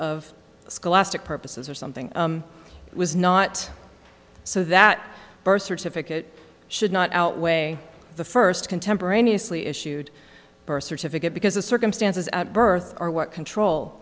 of scholastic purposes or something was not so that birth certificate should not outweigh the first contemporaneously issued birth certificate because the circumstances at birth are what control